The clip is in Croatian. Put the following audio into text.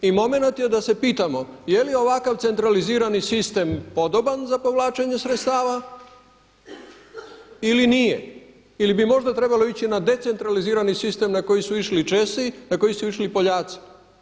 I momenat je da se pitamo jeli ovakav centralizirani sistem podoban za povlačenje sredstava ili nije ili bi možda trebalo ići na decentralizirani sistem na koji su išli Česi, na koji su išli i Poljaci.